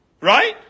Right